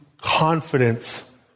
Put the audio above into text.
confidence